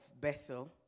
Bethel